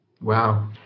Wow